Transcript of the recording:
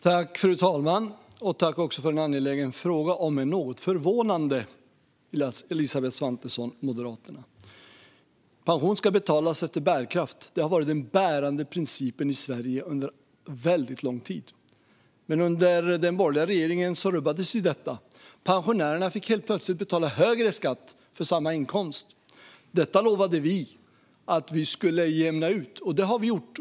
Fru talman! Tack för en angelägen, om än något förvånande, fråga från Elisabeth Svantesson, Moderaterna! Skatt ska betalas efter bärkraft. Det har varit den bärande principen i Sverige under lång tid. Men under den borgerliga regeringen rubbades detta. Pensionärerna fick helt plötsligt betala högre skatt på samma inkomst. Detta lovade vi att vi skulle jämna ut, och det har vi gjort.